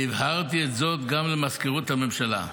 והבהרתי את זה גם למזכירות הממשלה,